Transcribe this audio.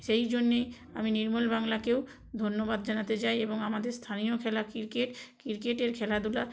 সেই জন্যেই আমি নির্মল বাংলাকেও ধন্যবাদ জানাতে চাই এবং আমাদের স্থানীয় খেলা ক্রিকেট ক্রিকেটের খেলাধুলা